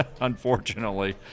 unfortunately